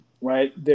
right